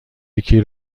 یکی